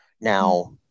now